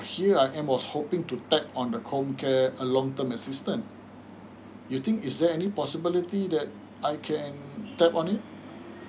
here I'm hoping to tap on the comcare err long term assistance you think is there any possibility that I can tap on it